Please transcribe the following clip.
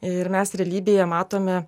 ir mes realybėje matome